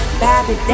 baby